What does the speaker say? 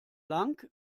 lang